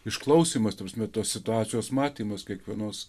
išklausymas ta prasme tos situacijos matymas kiekvienos